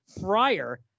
friar